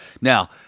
Now